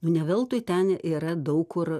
ne veltui ten yra daug kur